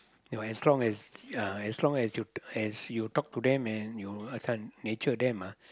you know as long as ya as long as you as you talk to them and you uh this one nature them ah